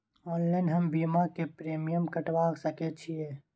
Online हम बीमा के प्रीमियम कटवा सके छिए?